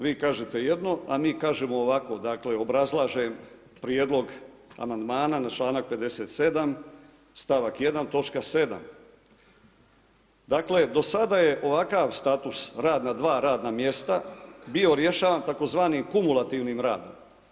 Vi kažete jedno, a mi kažemo ovako, dakle obrazlažem prijedlog amandmana na članak 57 stavak 1 točka 7. Dakle do sada je ovakav status 2 radna mjesta bio rješavan tzv. kumulativnim radom.